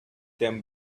them